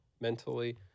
mentally